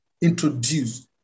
introduce